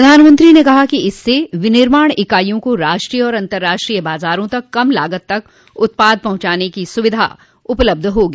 प्रधानमंत्री ने कहा कि इससे विनिर्माण ईकाइयों को राष्ट्रीय और अंतर्राष्ट्रीय बाजारों तक कम लागत पर उत्पाद पहुंचाने की सुविधा उपलब्ध होगी